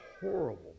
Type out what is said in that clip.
horrible